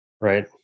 right